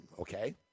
okay